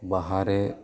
ᱵᱟᱦᱟᱨᱮ